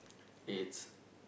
it's